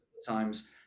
times